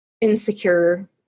insecure